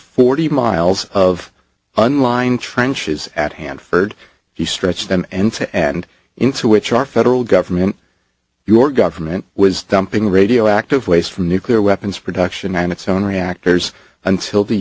forty miles of unlined trenches at hanford he stretched and and into which our federal government your government was dumping radioactive waste from nuclear weapons production on its own reactors until the